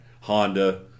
Honda